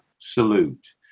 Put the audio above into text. salute